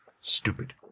Stupid